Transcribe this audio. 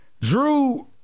Drew